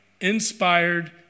inspired